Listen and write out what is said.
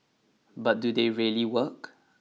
but do they really work